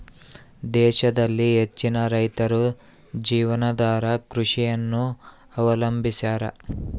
ದೇಶದಲ್ಲಿ ಹೆಚ್ಚಿನ ರೈತರು ಜೀವನಾಧಾರ ಕೃಷಿಯನ್ನು ಅವಲಂಬಿಸ್ಯಾರ